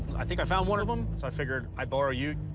i think i found one of them, so i figured i'd borrow you,